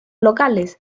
locales